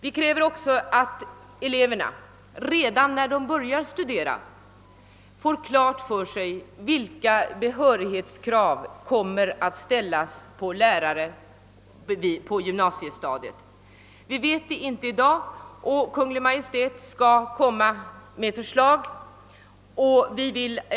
Vidare kräver vi att eleverna redan när de börjar studierna skall få klart för sig vilka behörighetskrav som kommer att ställas på lärare på gymnasiestadiet. Vi vet inte i dag vilka krav som kommer att ställas. Kungl. Maj:t skall lägga fram förslag om den saken.